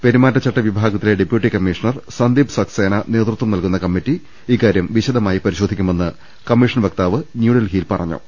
പെരുമാറ്റച്ചട്ട വിഭാ ഗത്തിലെ ഡെപ്യൂട്ടി കമ്മിഷണർ സന്ദീപ് സക്സേന നേതൃത്വം നൽകുന്ന കമ്മിറ്റി ഇക്കാര്യം വിശദമായി പരിശോധിക്കുമെന്ന് കമ്മിഷൻ വക്താവ് ന്യൂഡൽഹിയിൽ പറഞ്ഞു